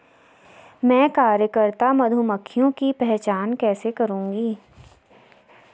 मैं कार्यकर्ता मधुमक्खियों की पहचान कैसे करूंगी?